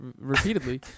repeatedly